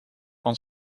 van